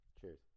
Cheers